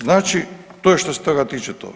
Znači to je što se toga tiče to.